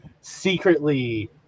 secretly